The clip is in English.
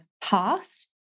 past